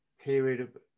period